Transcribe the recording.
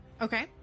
Okay